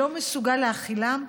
שלא מסוגל להכילם,